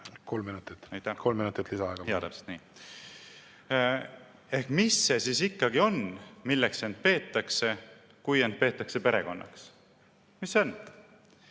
kolm minutit? Jaa, täpselt nii! Ehk mis see siis ikkagi on, milleks end peetakse, kui end peetakse perekonnaks? Mis see on?